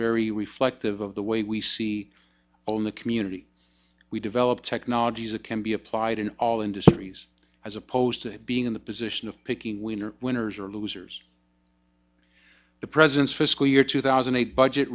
very reflective of the way we see on the community we develop technologies that can be applied in all industries as opposed to being in the position of picking winners winners or losers the president's fiscal year two thousand and eight budget